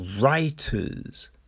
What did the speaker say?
writers